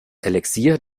elixier